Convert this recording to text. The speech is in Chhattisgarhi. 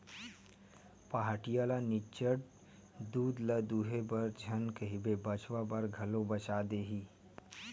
पहाटिया ल निच्चट दूद ल दूहे बर झन कहिबे बछवा बर घलो बचा देही